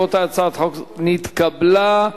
הצעת חוק זו נתקבלה,